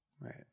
right